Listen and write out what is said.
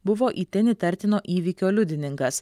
buvo itin įtartino įvykio liudininkas